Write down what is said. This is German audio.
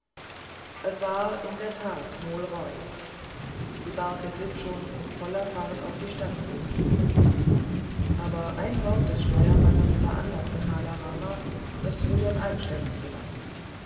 es war in der tat mool roy die barke glitt schon in voller fahrt auf die stadt zu aber ein wort des steuermannes veranlaßte kala rama das rudern einstellen zu lassen